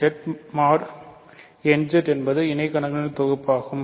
Z mod nZ என்பது இணைகணம்களின் தொகுப்பாகும்